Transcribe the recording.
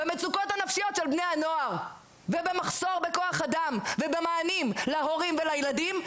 במצוקות הנפשיות של בני הנוער ובמחסור בכוח אדם ובמענים להורים ולילדים,